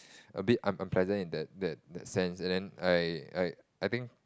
a bit un~ unpleasant in that that that sense and then I I I think